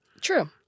True